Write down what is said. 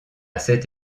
cette